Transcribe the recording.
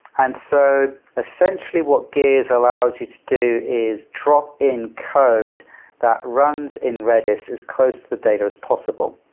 and so essentially what gears allows you to do is drop in code that runs in redis as close to the data as possible.